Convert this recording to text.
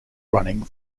running